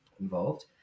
involved